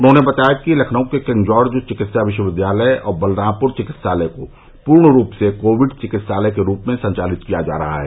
उन्होंने बताया कि लखनऊ के किंग जार्च चिकित्सा विश्वविद्यालय और बलरामपुर चिकित्सालय को पूर्ण रूप से कोविड चिकित्सालय के रूप में संचालित किया जा रहा है